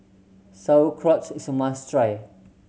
sauerkrauts is a must try